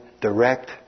direct